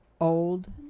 Old